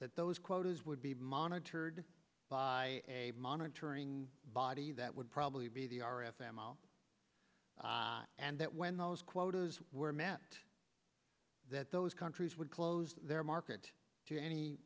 that those quotas would be monitored by a monitoring body that would probably be the r f m l and that when those quotas were met that those countries would close their market to any